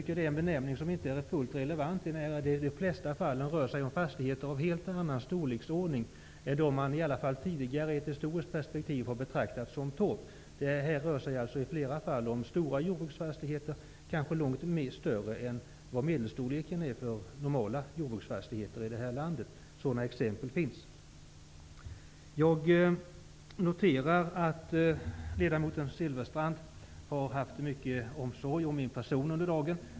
Det är en benämning som inte är fullt relevant, enär det i de flesta fall rör sig om fastigheter av en helt annan storleksordning än vad som gäller för det man i ett historiskt perspektiv har betraktat som torp. Det rör sig alltså i flera fall om stora jordbruksfastigheter, kanske långt större än medelstorleken för normala jordbruksfastigheter i detta land. Sådana exempel finns. Jag noterar att ledamoten Silfverstrand har haft mycket omsorg om min person under dagen.